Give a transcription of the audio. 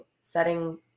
setting